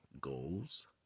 goals